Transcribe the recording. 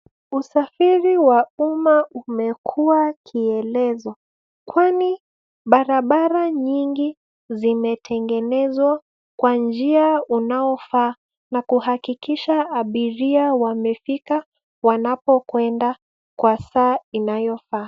Usafiri wa umma umekuwa kielelezo kwani barabara nyingi zimetegenezwa kwa njia unaofaa na kuhakikisha abiria wamefika wanapokwenda kwa njia inayofaa.